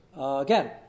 Again